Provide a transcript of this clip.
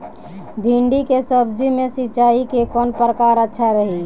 भिंडी के सब्जी मे सिचाई के कौन प्रकार अच्छा रही?